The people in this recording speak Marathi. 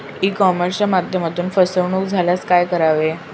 ई कॉमर्सच्या माध्यमातून फसवणूक झाल्यास काय करावे?